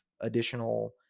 additional